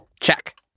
Check